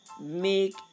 make